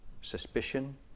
suspicion